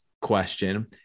question